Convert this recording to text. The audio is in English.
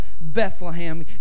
Bethlehem